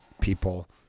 people